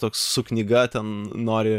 toks su knyga ten nori